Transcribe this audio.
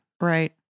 Right